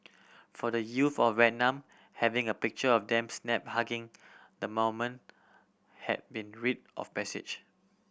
for the youth of Vietnam having a picture of them snapped hugging the moment had been rite of passage